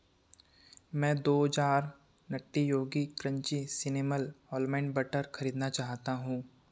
मैं दो jar Nutty Yogi crunchy cinnamon almond butter खरीदना चाहता हूँ